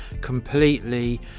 completely